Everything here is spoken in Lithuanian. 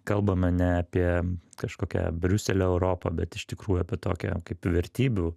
kalbame ne apie kažkokią briuselio europą bet iš tikrųjų apie tokią kaip vertybių